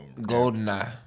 GoldenEye